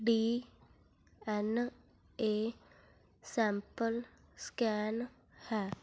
D N A sample scan ਹੈ